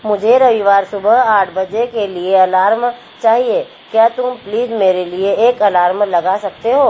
मुझे रविवार सुबह आठ बजे के लिए अलार्म चाहिए क्या तुम प्लीज मेरे लिए एक अलार्म लगा सकते हो